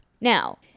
Now